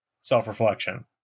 self-reflection